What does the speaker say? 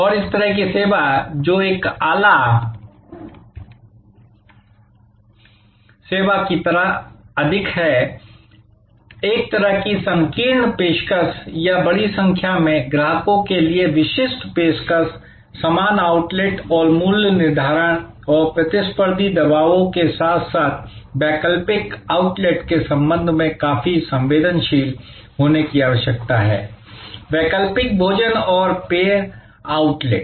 और इस तरह की सेवा जो एक आला सेवा की तरह अधिक है एक तरह की संकीर्ण पेशकश या बड़ी संख्या में ग्राहकों के लिए विशिष्ट पेशकश समान आउटलेट से मूल्य निर्धारण और प्रतिस्पर्धी दबावों के साथ साथ वैकल्पिक आउटलेट के संबंध में काफी संवेदनशील होने की आवश्यकता है वैकल्पिक भोजन और पेय आउटलेट